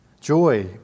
joy